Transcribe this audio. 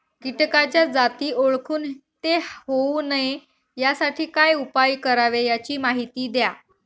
किटकाच्या जाती ओळखून ते होऊ नये यासाठी काय उपाय करावे याची माहिती द्या